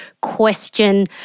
question